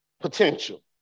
Potential